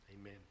Amen